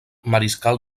mariscal